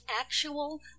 actual